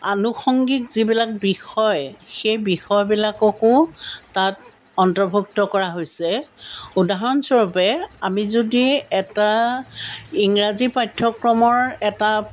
আনুষংগিক যিবিলাক বিষয় সেই বিষয়বিলাককো তাত অন্তৰ্ভুক্ত কৰা হৈছে উদাহৰণস্বৰূপে আমি যদি এটা ইংৰাজী পাঠ্যক্ৰমৰ এটা